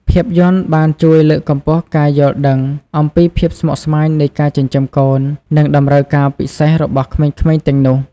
ភាពយន្តបានជួយលើកកម្ពស់ការយល់ដឹងអំពីភាពស្មុគស្មាញនៃការចិញ្ចឹមកូន និងតម្រូវការពិសេសរបស់ក្មេងៗទាំងនោះ។